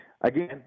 Again